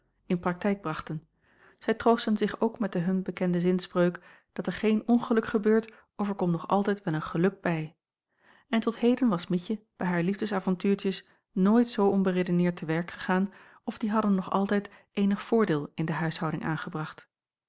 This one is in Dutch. in praktijk brachten zij troostten zich ook met de hun bekende zinspreuk dat er geen ongeluk gebeurt of er komt nog altijd wel een geluk bij en tot heden was mietje bij haar liefdesavontuurtjes nooit zoo onberedeneerd te werk gegaan of die hadden nog altijd eenig voordeel in de huishouding aangebracht